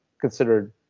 considered